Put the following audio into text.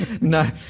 no